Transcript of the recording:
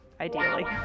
ideally